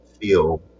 feel